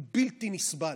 הוא בלתי נסבל.